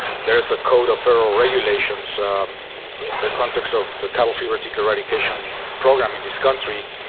there's a code of federal regulations in the context of the cattle fever tick eradication program in this country.